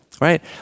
right